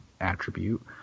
attribute